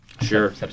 Sure